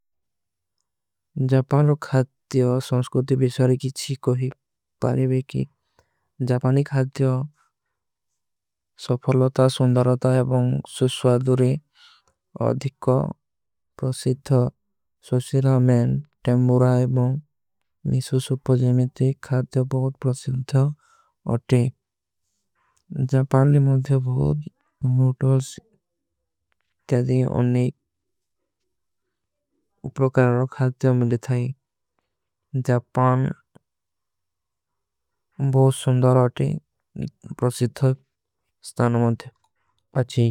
ଜପାଲ ଖାର୍ଟ୍ଯୋଂ ସଂସ୍କୌତି ଵିଶ୍ଵାରେ କିଛୀ କୋଈ ପାରେଵେକୀ। ଜପାଲୀ ଖାର୍ଟ୍ଯୋଂ ସଫଲତା ସୁନ୍ଦରତା ଏବଂଗ ସୁସ୍ଵାଦୂରେ। ଅଧିକା ପ୍ରସିଥା ସୋଶୀ ରାମେନ ଟେମ୍ବୁରା ଏବଂଗ ମିଶୁ। ସୁପଜେମିତେ ଖାର୍ଟ୍ଯୋଂ ବହୁତ ପ୍ରସିଥା ଜପାଲୀ ମେଂ ବହୁତ ହୁଟ।